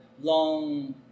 long